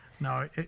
No